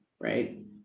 right